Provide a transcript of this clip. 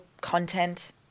content